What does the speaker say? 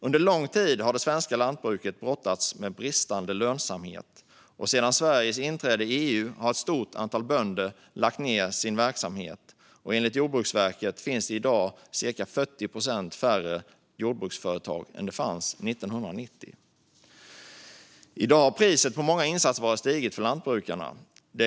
Under lång tid har det svenska lantbruket brottats med bristande lönsamhet, och sedan Sveriges inträde i EU har ett stort antal bönder lagt ned sin verksamhet. Enligt Jordbruksverket finns det i dag cirka 40 procent färre jordbruksföretag än det fanns 1990. I dag har priset på många insatsvaror stigit för lantbrukarna.